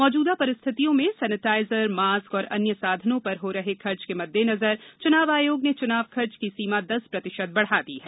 मौजूदा परिस्थितियों में सेनेटाइजर मास्क और अन्य साधनों पर हो रहे खर्च के मददेनजर चुनाव आयोग ने चुनाव खर्च की सीमा दस प्रतिशत बढ़ा दी है